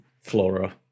flora